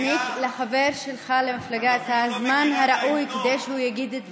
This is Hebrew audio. לחבר שלך למפלגה את הזמן הראוי כדי שהוא יגיד את דבריו?